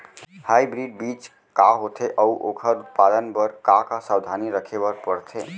Hybrid बीज का होथे अऊ ओखर उत्पादन बर का का सावधानी रखे बर परथे?